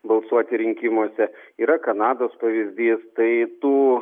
balsuoti rinkimuose yra kanados pavyzdys tai tų